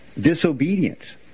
Disobedience